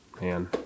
man